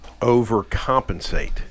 overcompensate